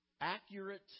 accurate